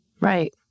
Right